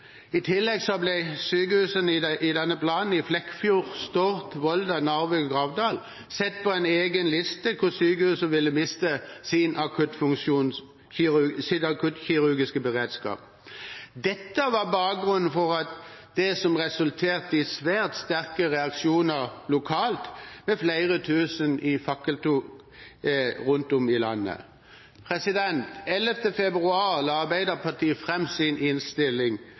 I tillegg ble sykehusene i denne planen i Flekkefjord, Stord, Volda, Narvik og Gravdal satt på en egen liste hvor sykehusene ville miste sin akuttkirurgiske beredskap. Dette var bakgrunnen for det som resulterte i svært sterke reaksjoner lokalt, med flere tusen i fakkeltog rundt om i landet. Den 11. februar la Arbeiderpartiet fram sin innstilling